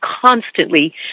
constantly